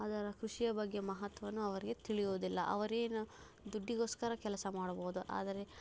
ಅದರ ಕೃಷಿಯ ಬಗ್ಗೆ ಮಹತ್ವನೂ ಅವರಿಗೆ ತಿಳಿಯೋದಿಲ್ಲ ಅವರೇನು ದುಡ್ಡಿಗೋಸ್ಕರ ಕೆಲಸ ಮಾಡ್ಬಹುದು ಆದರೆ